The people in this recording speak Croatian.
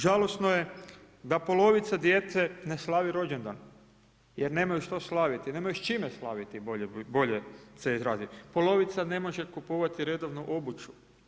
Žalosno je da polovica djece ne slavi rođendan jer nemaju što slaviti, nemaju s čime slaviti bolje da se izrazim, polovica ne može kupovati redovno obuću.